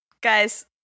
Guys